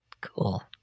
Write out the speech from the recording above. Cool